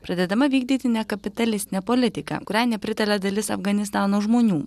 pradedama vykdyti nekapitalistinė politika kuriai nepritaria dalis afganistano žmonių